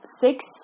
six